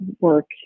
work